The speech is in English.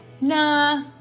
Nah